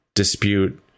dispute